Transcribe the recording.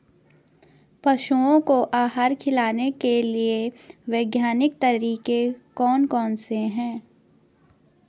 पशुओं को आहार खिलाने के लिए वैज्ञानिक तरीके कौन कौन से हैं?